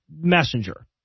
messenger